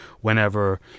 whenever